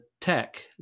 tech